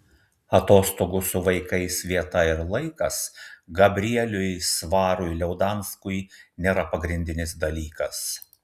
atostogų su vaikais vieta ir laikas gabrieliui svarui liaudanskui nėra pagrindinis dalykas